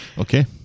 Okay